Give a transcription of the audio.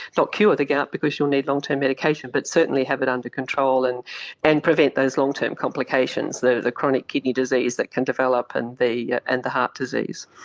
not cure the gout because you will need long-term medication but certainly have it under control and and prevent those long-term complications, the the chronic kidney disease that can develop and yeah and the heart disease.